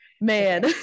man